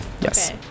Yes